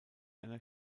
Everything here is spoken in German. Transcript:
einer